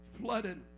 flooded